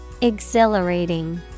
Exhilarating